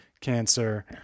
cancer